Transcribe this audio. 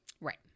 Right